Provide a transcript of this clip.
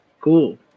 Cool